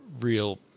real